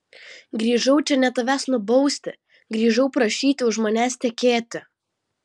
grįžau čia ne tavęs nubausti grįžau prašyti už manęs tekėti